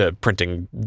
printing